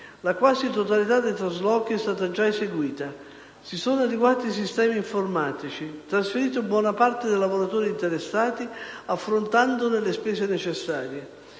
la quasi totalità dei traslochi è già stata eseguita; si sono adeguati i sistemi informatici, trasferita buona parte dei lavoratori interessati, affrontando le spese necessarie.